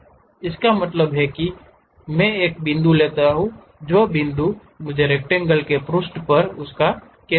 इसका मतलब है कि मैं एक बिंदु लेने की स्थिति में रहूंगा जहां से मुझे पूरे पृष्ठ पर रक्टैंगल शुरू करना होगा